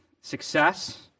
Success